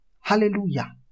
Hallelujah